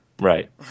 Right